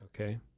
Okay